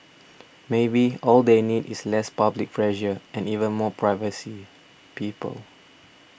maybe all they need is less public pressure and even more privacy people